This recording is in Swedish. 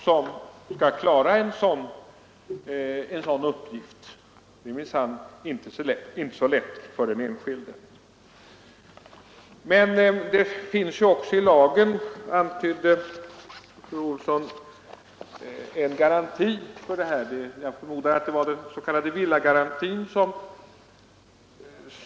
Det är minsann inte så lätt för den enskilde att skaffa fram uppgifter om markvärdeutvecklingen. Men fru Olsson i Hölö antydde, att det i lagen finns en garanti mot detta, och jag förmodar att hon avsåg den s.k. villagarantin.